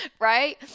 Right